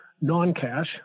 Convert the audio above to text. non-cash